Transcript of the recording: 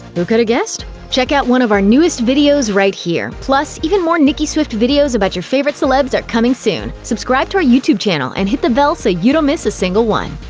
who could have guessed! check out one of our newest videos right here! plus, even more nicki swift videos about your favorite celebs are coming soon. subscribe to our youtube channel and hit the bell so you don't miss a single one.